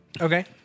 Okay